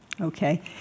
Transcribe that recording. Okay